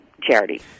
charity